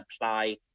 apply